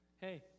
hey